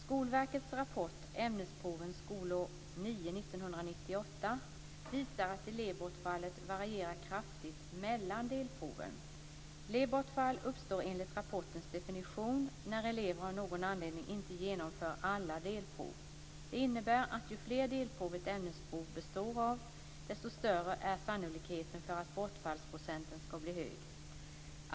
Skolverkets rapport Ämnesproven skolår 9 1998 visar att elevbortfallet varierar kraftig mellan delproven. Elevbortfall uppstår enligt rapportens definition när elever av någon anledning inte genomför alla delprov. Det innebär att ju fler delprov ett ämnesprov består av, desto större är sannolikheten för att bortfallsprocenten skall bli hög.